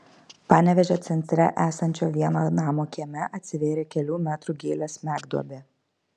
panevėžio centre esančio vieno namo kieme atsivėrė kelių metrų gylio smegduobė